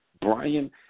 Brian